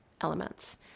elements